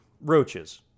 Roaches